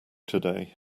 today